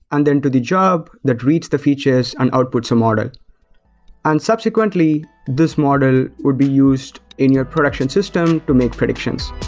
and then to the job that reads the features and outputs a model. and subsequently, this model would be used in your production system to make predictions.